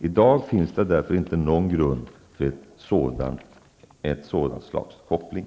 I dag finns det därför inte någon grund för ett sådant slags koppling.